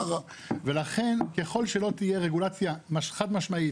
ולכן ככל שלא תהיה רגולציה חד משמעית